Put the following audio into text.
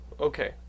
Okay